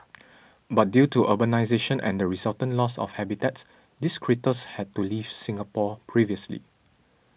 but due to urbanisation and the resultant loss of habitats these critters had to leave Singapore previously